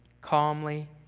calmly